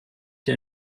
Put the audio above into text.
der